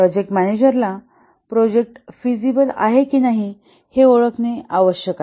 project मॅनेजरला project feasible आहे की नाही हे ओळखणे आवश्यक आहे